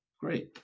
Great